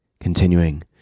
Continuing